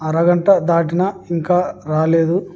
అరగంట దాటినా ఇంకా రాలేదు